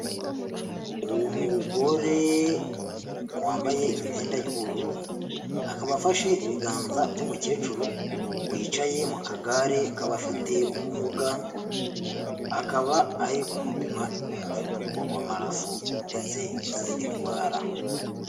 Uwo umugore wambaye imyenda y'ubururu, akaba afashe ibiganza by'umukecuru wicaye mu kagare k'abafite ubumuga, akaba ari kumupima umuvuduko w'amaraso ndetse n'izindi ndwara.